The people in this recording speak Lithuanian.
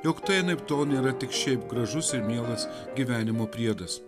jog tai anaiptol nėra tik šiaip gražus ir mielas gyvenimo priedas